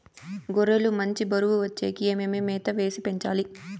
గొర్రె లు మంచి బరువు వచ్చేకి ఏమేమి మేత వేసి పెంచాలి?